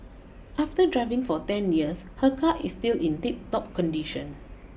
after driving for ten years her car is still in tip top condition